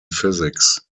physics